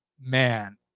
Man